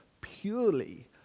purely